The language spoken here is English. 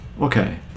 Okay